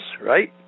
Right